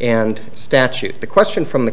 and statute the question from the